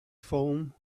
foam